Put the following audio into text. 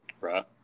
Right